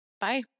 Bye